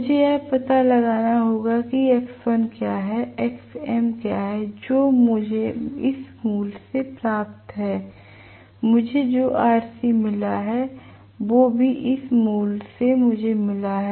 मुझे यह पता लगाना होगा कि X1क्या है Xm क्या है जो मुझे इस मूल्य से मिला है मुझे जो Rc मिला है वो भी इस मूल्य से मुझे मिला है